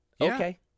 Okay